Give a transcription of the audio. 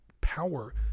power